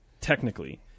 technically